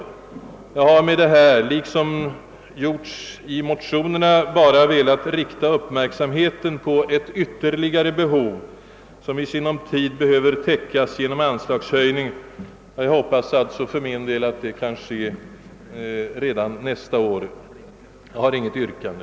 Jag har med detta, liksom redan gjorts i motionerna, bara velat rikta uppmärksamheten på ett ytterligare behov, som i sinom tid behöver täckas genom anslagshöjning. Jag hoppas alltså för min del att detta kan bli fallet redan nästa år. Jag har på grund av utskottets enhälliga utlåtande inget yrkande.